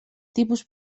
tipus